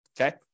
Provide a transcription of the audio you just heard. Okay